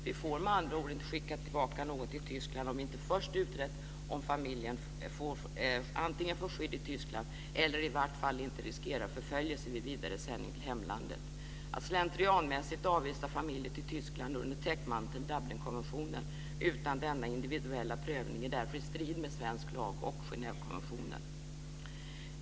Vi får med andra ord inte skicka tillbaka någon till Tyskland om vi inte först utrett om familjen antingen får skydd i Tyskland eller i vart fall inte riskerar förföljelse vid vidaresändning till hemlandet. Att slentrianmässigt avvisa familjer till Tyskland under täckmanteln Dublinkonventionen utan denna individuella prövning är därför i strid med svensk lag och Genèvekonventionen.